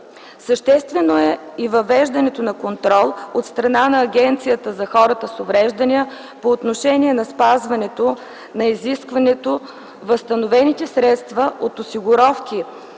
Съществено е и въвеждането на контрол от страна на Агенцията за хората с увреждания по отношение на спазването на изискването възстановените средства от осигуровки